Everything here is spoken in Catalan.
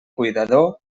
cuidador